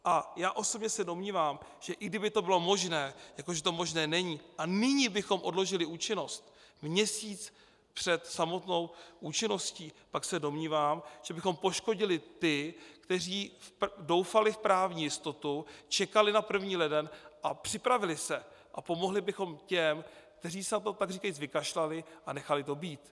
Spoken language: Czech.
A já osobně se domnívám, že i kdyby to bylo možné, jako že to možné není, a nyní bychom odložili účinnost, měsíc před samotnou účinností, pak se domnívám, že bychom poškodili ty, kteří doufali v právní jistotu, čekali na první leden a připravili se, a pomohli bychom těm, kteří se na to takříkajíc vykašlali a nechali to být.